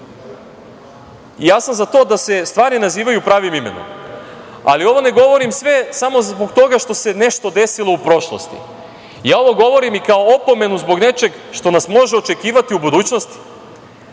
sam za to da se stvari nazivaju pravim imenom, ali ovo ne govorim sve samo zbog toga što se nešto desilo u prošlosti. Ja ovo govorim i kao opomenu zbog nečeg što nas može očekivati u budućnosti. Pričalo